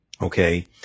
Okay